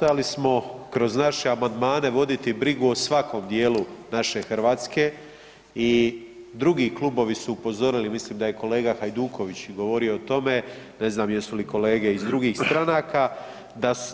Nastojali smo kroz naše amandmane voditi brigu o svakom dijelu naše Hrvatske i drugi klubovi su upozorili, mislim da je kolega Hajduković govorio o tome, ne znam jesu li kolege iz drugih stranaka,